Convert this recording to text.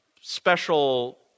special